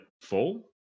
full